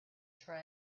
try